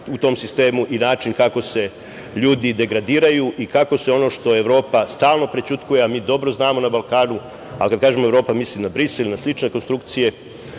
u tom sistemu i način kako se ljudi degradiraju i kako se, ono što Evropa stalno prećutkuje, a mi dobro znamo na Balkanu, a kad kažemo Evropa, mislim na Brisel i na slične konstrukcije,